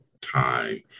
time